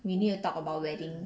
we need to talk about wedding